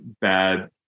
bad